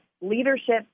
leadership